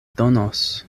donos